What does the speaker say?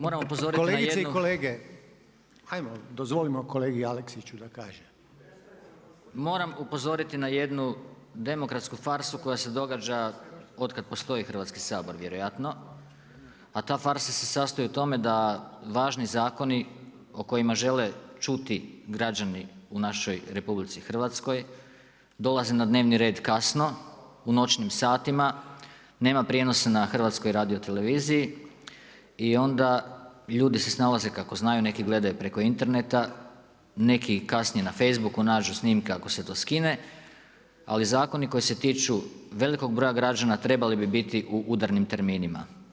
Moram upozoriti na jednu [[Upadica Reiner: Kolegice i kolege, ajmo dozvolimo kolegi Aleksiću da kaže.]] Moram upozoriti na jednu demokratsku farsu koja se događa otkad postoji Hrvatski sabor vjerojatno a ta farsa se sastoji u tome da važni zakoni o kojima žele čuti građani u našoj RH dolaze na dnevni red kasno, u noćnim satima, nema prijenosa na HRT-u i onda ljudi se snalaze kako znaju, neki gledaju preko interneta, neki kasnije na facebooku nađu snimke ako se to skine ali zakoni koji se tiču velikog broja građana trebali bi biti u udarnim terminima.